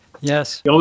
Yes